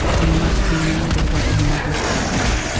you must remember what your mother taught you.